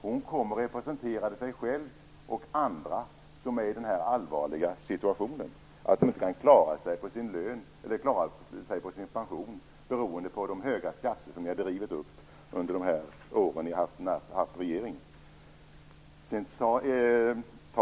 Hon representerar sig själv och andra i den allvarliga situationen att de inte kan klara sig på sin lön eller pension beroende på de höga skatter som ni har drivit upp under de år ni varit i regeringsställning.